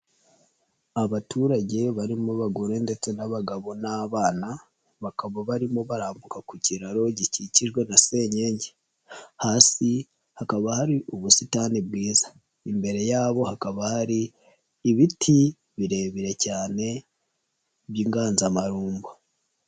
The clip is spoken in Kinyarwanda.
Abaturage barimo abagore ndetse n'abagabo n'abana bakaba barimo barambuka ku kiraro gikikijwe na senyengi, hasi hakaba hari ubusitani bwiza, imbere yabo hakaba hari ibiti birebire cyane by'inganzamarumbo.